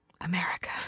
America